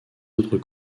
autres